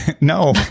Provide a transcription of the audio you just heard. No